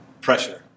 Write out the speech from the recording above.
pressure